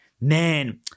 man